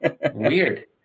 Weird